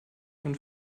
von